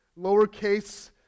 lowercase